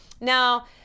now